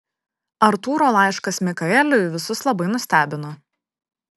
artūro laiškas mikaeliui visus labai nustebino